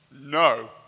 no